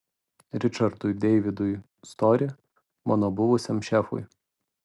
ričardui deividui stori mano buvusiam šefui